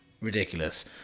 ridiculous